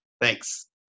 Thanks